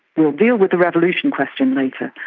we'll deal with the revolution question later,